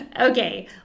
Okay